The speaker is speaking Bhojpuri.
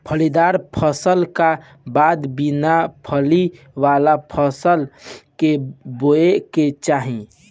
फलीदार फसल का बाद बिना फली वाला फसल के बोए के चाही